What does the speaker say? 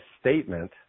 statement